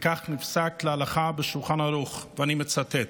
וכך נפסק להלכה בשולחן ערוך, ואני מצטט: